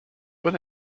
bon